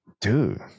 Dude